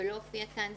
ולא הופיע כאן,